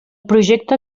projecte